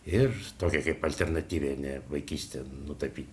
ir tokią kaip alternatyvinę vaikystę nutapyti